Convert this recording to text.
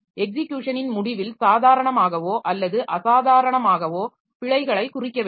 எக்ஸிக்யுஷனின் முடிவில் சாதாரணமாகவோ அல்லது அசாதாரணமாகவோ பிழைகளை குறிக்க வேண்டும்